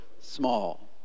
small